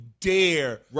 dare